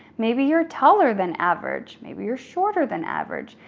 maybe you're taller than average, maybe you're shorter than average,